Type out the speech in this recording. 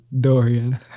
Dorian